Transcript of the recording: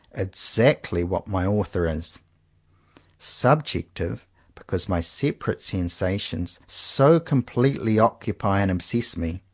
exactly what my author is subjective, because my separate sensations so completely oc cupy and obsess me.